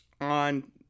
on